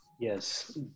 Yes